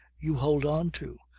you hold on to,